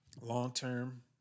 long-term –